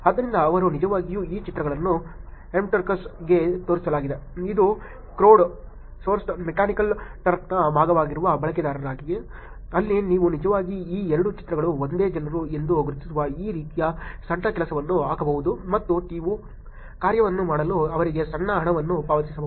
ಆದ್ದರಿಂದ ಅವರು ನಿಜವಾಗಿಯೂ ಈ ಚಿತ್ರಗಳನ್ನು Mturkers ಗೆ ತೋರಿಸಲಾಗಿದೆ ಇದು ಕ್ರೌಡ್ಸೋರ್ಸ್ಡ್ ಮೆಕ್ಯಾನಿಕಲ್ ಟರ್ಕ್ನ ಭಾಗವಾಗಿರುವ ಬಳಕೆದಾರರಿಗೆ ಅಲ್ಲಿ ನೀವು ನಿಜವಾಗಿ ಈ ಎರಡು ಚಿತ್ರಗಳು ಒಂದೇ ಜನರು ಎಂದು ಗುರುತಿಸುವ ಈ ರೀತಿಯ ಸಣ್ಣ ಕೆಲಸವನ್ನು ಹಾಕಬಹುದು ಮತ್ತು ನೀವು ಕಾರ್ಯವನ್ನು ಮಾಡಲು ಅವರಿಗೆ ಸಣ್ಣ ಹಣವನ್ನು ಪಾವತಿಸಬಹುದು